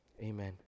Amen